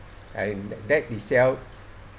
and that itself